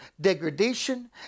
degradation